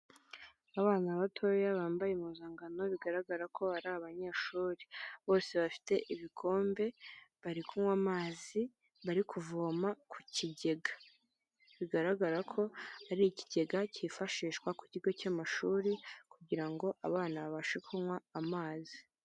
Abana batoya bambaye impuzankano bigaragara ko ari abanyeshuri, bose bafite ibikombe bari kunywa amazi bari kuvoma ku kigega, bigaragara ko ari ikigega cyifashishwa ku kigo cy'amashuri kugira ngo abana babashe kunywa amazi.